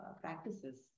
practices